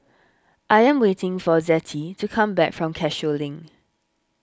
I am waiting for Zettie to come back from Cashew Link